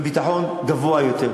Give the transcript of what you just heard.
בביטחון גבוה יותר.